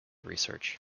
research